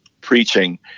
preaching